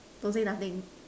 don't say nothing